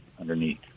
underneath